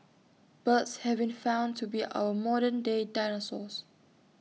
birds have been found to be our modern day dinosaurs